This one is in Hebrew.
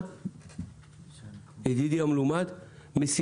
מבקשים מהם לתרום ואנחנו יודעים שהם